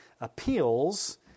appeals